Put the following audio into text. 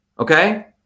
Okay